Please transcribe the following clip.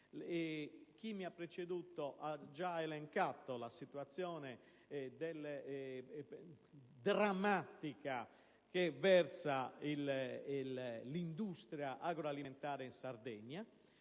Chi mi ha preceduto ha già illustrato la situazione drammatica in cui versa l'industria agroalimentare in Sardegna.